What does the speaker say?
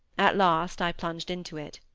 at last i plunged into it.